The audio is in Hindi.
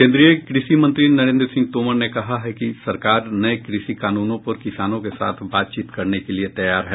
केन्द्रीय कृषि मंत्री नरेंद्र सिंह तोमर ने कहा है कि सरकार नए कृषि कानूनों पर किसानों के साथ बातचीत करने के लिए तैयार है